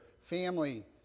family